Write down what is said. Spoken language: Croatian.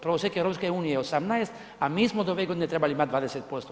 Prosjek EU je 18%, a mi smo od ove godine trebali imati 20%